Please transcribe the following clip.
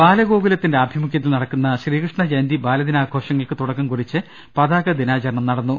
ബാലഗോകുലത്തിന്റെ ആഭിമുഖ്യത്തിൽ നടക്കുന്ന ശ്രീകൃഷ്ണജയന്തി ബാലദിനാഘോഷങ്ങൾക്ക് തുടക്കം കുറിച്ച് പതാക ദിനാചരണം നടന്നു